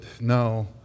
no